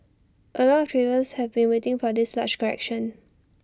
A lot of traders have been waiting for this large correction